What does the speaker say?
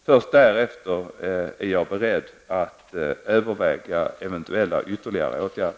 Först därefter är jag beredd att överväga eventuella ytterligare åtgärder.